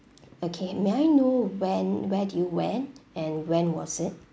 okay may I know when where do you went and when was it